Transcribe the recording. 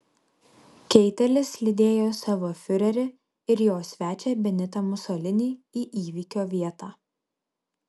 keitelis lydėjo savo fiurerį ir jo svečią benitą musolinį į įvykio vietą